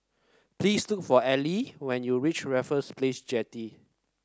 please took for Eli when you reach Raffles Place Jetty